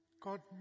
God